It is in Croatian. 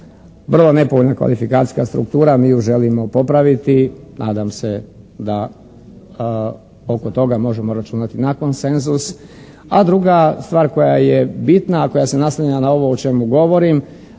Vrlo nepovoljna kvalifikacijska struktura. Mi ju želimo popraviti. Nadam se da oko toga možemo računati na konsenzus, a druga stvar koja je bitna a koja se naslanja na ovo o čemu govorim